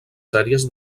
sèries